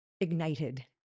ignited